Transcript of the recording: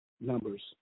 numbers